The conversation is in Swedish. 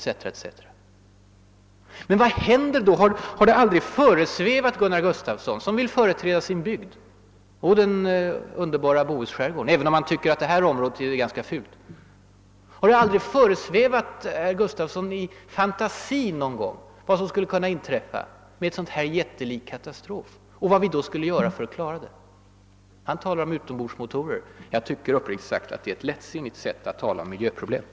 Har det aldrig i fantasin föresvävat Gunnar Gustafsson, som — även om han tycker att detta område är ganska fult — vill företräda sin bygd, den underbara Bohusskärgården, vad som skulle kunna inträffa vid en sådan jättelik katastrof? Vad skulle vi göra för att klara den situationen? Gunnar Gustafsson talar om utombordsmotorer! Jag tycker uppriktigt sagt att det är ett lättsinnigt sätt att diskutera miljöproblemen.